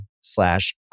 slash